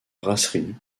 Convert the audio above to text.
brasserie